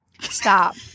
Stop